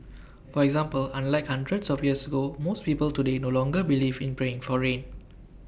for example unlike hundreds of years ago most people today no longer believe in praying for rain